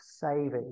savings